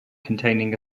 containing